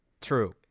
True